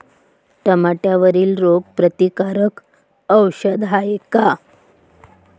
टमाट्यावरील रोग प्रतीकारक औषध हाये का?